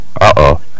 Uh-oh